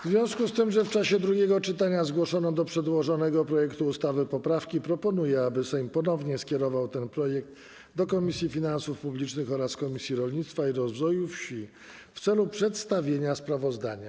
W związku z tym, że w czasie drugiego czytania zgłoszono do przedłożonego projektu ustawy poprawki, proponuję, aby Sejm ponownie skierował ten projekt do Komisji Finansów Publicznych oraz Komisji Rolnictwa i Rozwoju Wsi w celu przedstawienia sprawozdania.